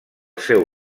seu